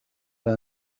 إلى